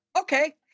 okay